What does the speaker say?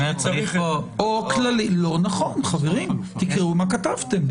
לא נכון, חברים, תקראו מה כתבתם.